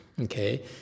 okay